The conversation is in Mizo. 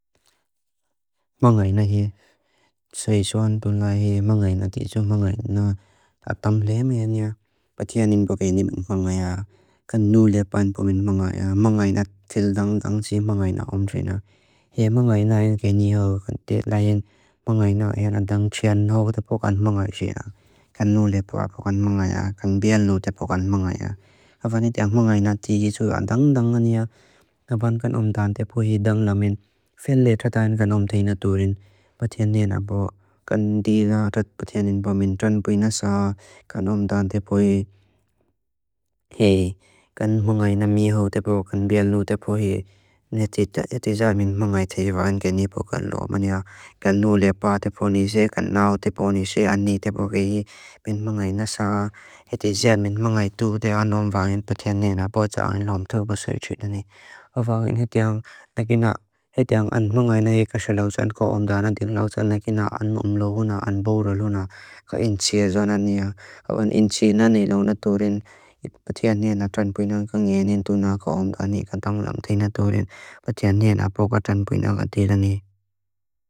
Mángái ná hé, séi suán tún lái hé, mángái ná tí suán mángái ná a tám lea mea nea. Pati a nín bókei nín bókei mángái á, kan nú lé paan bó men mángái á, mángái ná tíldang-dáng sí mángái ná omdre na. Hé mángái ná hén kéni hóu, lái hén mángái ná hén adáng chéan hóu tá pókan mángái xéa. Kan nú lé paan bókan mángái á, kan bía lú tá pókan mángái á. Hafa níti áng mángái ná tí yí suán adáng-dáng á nía. Ná bán kan omdán tá póhi, dáng lá men fén lea trátá án kan omdá hi na túrin. Pati a nín ná bókei, kan tí lá rát bó tí a nín bó men trán púi na sá. Kan omdán tá póhi hé, kan mángái ná mía hóu tá pókei, kan bía lú tá póhi hé. Né tí zá min mángái tí bókan lú. Máni á, kan nú lé paan tá póni xéa, kan náu tá póni xéa án ní tá pókei. Min mángái ná sá hé tí zá min mángái tú. Dé anón báin pati a nín á, bó chá án lóom tó bósái chút á nín. Hafa áng héti áng ná kíná, héti áng an mángái ná hé kaxa lóosán. An kó omdán án tí lóosán, ná kíná an móm lóo án án bó rá lóon á. Ka ín tí ásá án án ní á. Hafa án ín tí ná ní lóon á tú rín. Pati án ní á ná chán pui ná. Kan ní á nín tú ná á kó omdán án ní. Kan tá áng lóom tí ná tú rín. Pati án ní á ná bó ká chán pui ná. Kan tí án ní.